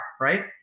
Right